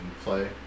play